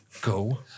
go